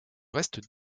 reste